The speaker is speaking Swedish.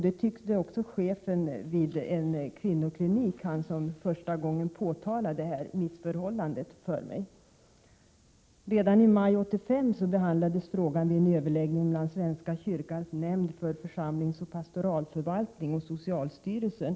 Det tyckte också den chef vid en kvinnoklinik som första gången påtalade det här missförhållandet för mig. Redan i maj 1985 behandlades frågan vid en överläggning mellan svenska kyrkans nämnd för församlingsoch pastoralförvaltning och socialstyrelsen. Prot.